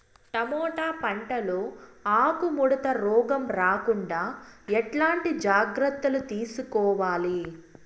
Tomato పంట లో ఆకు ముడత రోగం రాకుండా ఎట్లాంటి జాగ్రత్తలు తీసుకోవాలి?